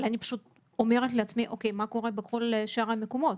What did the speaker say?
אבל אני אומרת לעצמי, מה קורה בשאר המקומות?